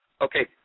Okay